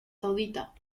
saudita